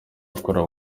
akora